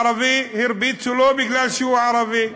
ערבי, הרביצו לו מפני שהוא ערבי.